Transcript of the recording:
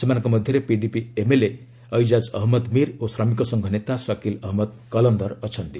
ସେମାନଙ୍କ ମଧ୍ୟରେ PDP MLA Aijaz Ahmad Mir ଓ ଶ୍ରମିକସଂଘ ନେତା ସକିଲ ଅହମ୍ମଦ କଲନ୍ଦର ଅଛନ୍ତି